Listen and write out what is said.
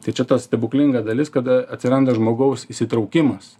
tai čia ta stebuklinga dalis kada atsiranda žmogaus įsitraukimas